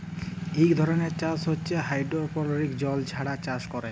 ইক ধরলের চাষ হছে হাইডোরোপলিক্স জল ছাড়া চাষ ক্যরে